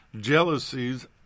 jealousies